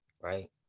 right